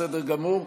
בסדר גמור.